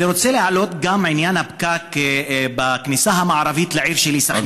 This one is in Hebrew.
אני רוצה להעלות גם את עניין הפקק בכניסה המערבית לעיר שלי סח'נין.